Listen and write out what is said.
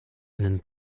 einen